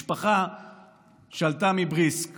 משפחה שעלתה מבריסק